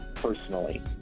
Personally